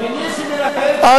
מי שמנהל את הישיבה הזאת לא יכול,